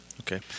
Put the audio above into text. okay